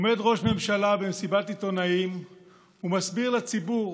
עומד ראש ממשלה במסיבת עיתונאים ומסביר לציבור